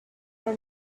for